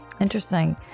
Interesting